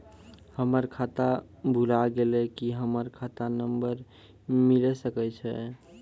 हमर खाता भुला गेलै, की हमर खाता नंबर मिले सकय छै?